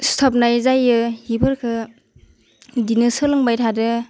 सिथाबनाय जायो हिफोरखौ बिदिनो सोलोंबाय थादो